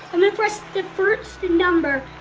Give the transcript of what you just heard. i'm gonna press the first and number.